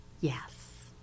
Yes